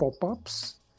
pop-ups